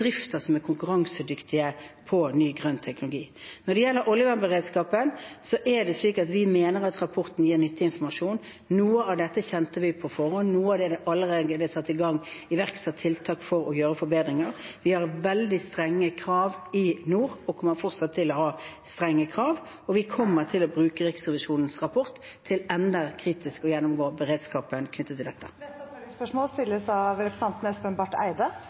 som er konkurransedyktige på ny grønn teknologi. Når det gjelder oljevernberedskapen, mener vi at rapporten gir nyttig informasjon. Noe av dette kjente vi til på forhånd, og for noe av det er det allerede iverksatt tiltak for å gjøre forbedringer. Vi har veldig strenge krav i nord og kommer fortsatt til å ha strenge krav, og vi kommer til å bruke Riksrevisjonens rapport til enda mer kritisk å gjennomgå beredskapen knyttet til dette. Espen Barth Eide – til oppfølgingsspørsmål. Jeg stusset også litt over at statsministeren nærmest skrøt av